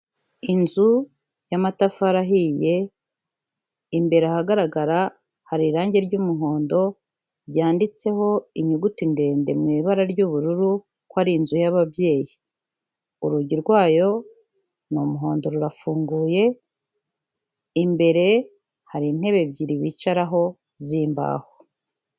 Inzu y'amatafari ahiye, imbere ahagaragara hari irange ry'umuhondo ryanditseho inyuguti ndende mu ibara ry'ubururu ko ari inzu y'ababyeyi, urugi rwayo ni umuhondo rurafunguye, imbere hari intebe ebyiri bicaraho z'imbaho.